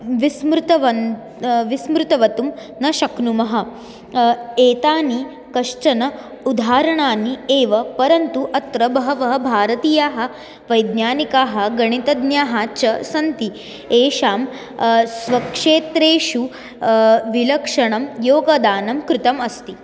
विस्मृतवान् विस्मृतवन्तः न शक्नुमः एतानि कश्चन उदाहरणानि एव परन्तु अत्र बहवः भारतीयाः वैज्ञानिकाः गणितज्ञाः च सन्ति येषां स्वक्षेत्रेषु विलक्षणं योगदानं कृतम् अस्ति